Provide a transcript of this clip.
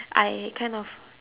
I kind of